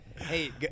Hey